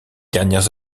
dernières